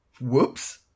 Whoops